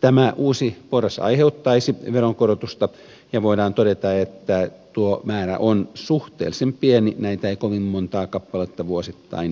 tämä uusi porras aiheuttaisi veronkorotusta ja voidaan todeta että tuo määrä on suhteellisen pieni näitä ei kovin monta kappaletta vuosittain ole